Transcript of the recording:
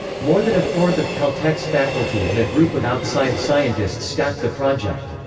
more than a fourth of caltech's faculty and a group of outside scientists staffed the project.